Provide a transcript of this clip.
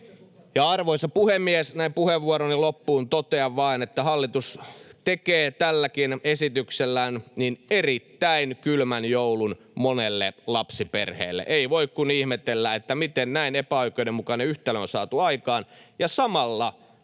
Arvoisa puhemies! Näin puheenvuoroni loppuun totean vain, että hallitus tekee tälläkin esityksellään erittäin kylmän joulun monelle lapsiperheelle. Ei voi kuin ihmetellä, miten näin epäoikeudenmukainen yhtälö on saatu aikaan ja että samalla